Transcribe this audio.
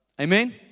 Amen